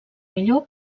millor